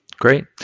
Great